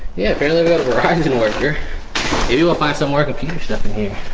yeah hydrogen water if you will find somewhere computer stuff in here